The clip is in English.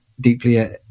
deeply